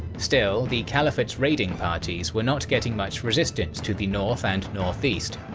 still, the caliphate's raiding parties were not getting much resistance to the north and northeast,